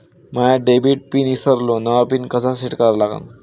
माया debit PIN ईसरलो, नवा PIN कसा सेट करा लागन?